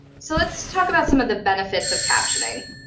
so let's talk about some of the benefits of captioning.